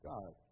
God